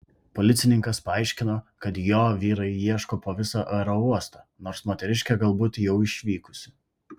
policininkas paaiškino kad jo vyrai ieško po visą aerouostą nors moteriškė galbūt jau išvykusi